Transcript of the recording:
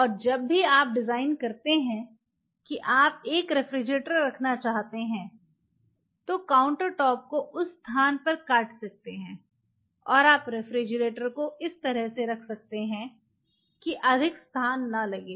और जब भी आप डिजाइन करते हैं कि आप एक रेफ्रिजरेटर रखना चाहते हैं तो काउंटरटॉप को उस स्थान पर काट सकते है और आप रेफ्रिजरेटर को इस तरह से रख सकते हैं कि अधिक स्थान न लगे